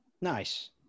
Nice